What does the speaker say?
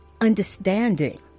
understanding